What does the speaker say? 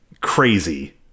crazy